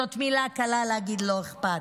זאת מילה קלה להגיד, "לא אכפת".